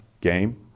Game